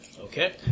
Okay